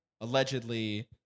allegedly